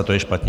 A to je špatně.